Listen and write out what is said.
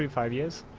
five years.